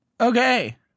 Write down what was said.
Okay